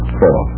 four